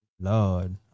Lord